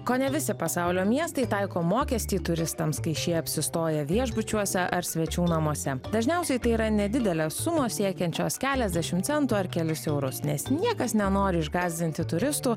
kone visi pasaulio miestai taiko mokestį turistams kai šie apsistoja viešbučiuose ar svečių namuose dažniausiai tai yra nedidelės sumos siekiančios keliasdešimt centų ar kelis eurus nes niekas nenori išgąsdinti turistų